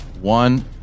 one